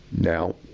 Now